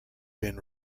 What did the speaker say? been